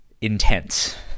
intense